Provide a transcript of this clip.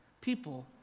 people